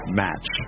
match